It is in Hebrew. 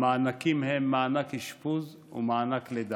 המענקים הם מענק אשפוז ומענק לידה.